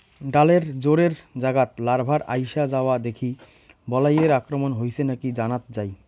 ডালের জোড়ের জাগাত লার্ভার আইসা যাওয়া দেখি বালাইয়ের আক্রমণ হইছে নাকি জানাত যাই